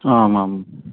आम् आम्